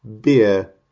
beer